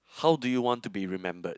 how do you want to be remembered